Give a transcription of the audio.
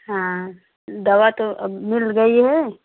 हाँ दवा तो अब मिल गई है